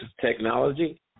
technology